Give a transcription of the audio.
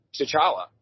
T'Challa